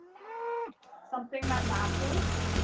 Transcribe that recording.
something that matches.